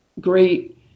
great